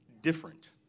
different